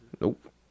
Nope